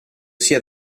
sia